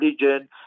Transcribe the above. religion